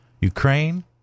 Ukraine